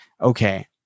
okay